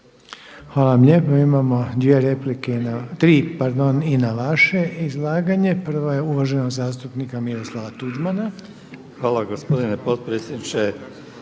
Hvala vam lijepa. Imamo dvije replike, ne tri, pardon i na vaše izlaganje. Prva je uvaženog zastupnika Miroslava Tuđmana. **Tuđman, Miroslav